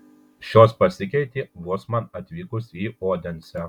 šios pasikeitė vos man atvykus į odensę